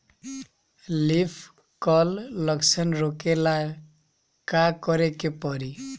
Leaf curl लक्षण रोकेला का करे के परी?